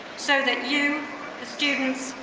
so that you students,